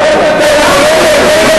לדבר.